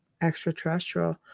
extraterrestrial